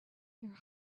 their